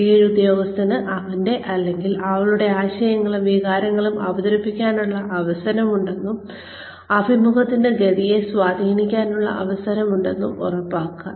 കീഴുദ്യോഗസ്ഥന് അവന്റെ അല്ലെങ്കിൽ അവളുടെ ആശയങ്ങളും വികാരങ്ങളും അവതരിപ്പിക്കാനുള്ള അവസരമുണ്ടെന്നും അഭിമുഖത്തിന്റെ ഗതിയെ സ്വാധീനിക്കാനുള്ള അവസരമുണ്ടെന്നും ഉറപ്പാക്കുക